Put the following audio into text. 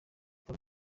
paul